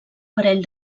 parell